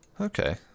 Okay